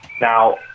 Now